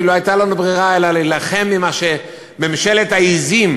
לא הייתה לנו ברירה אלא להילחם עם מה ש"ממשלת העזים",